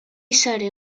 sare